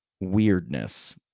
weirdness